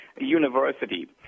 University